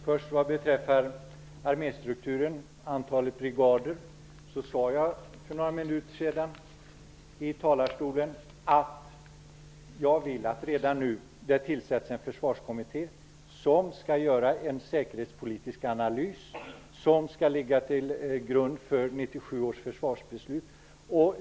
Herr talman! Vad beträffar arméstrukturen och antalet brigader sade jag för några minuter sedan i talarstolen att jag vill att det redan nu skall tillsättas en försvarskommitté, som skall göra en säkerhetspolitisk analys som skall ligga till grund för 1997 års försvarsbeslut.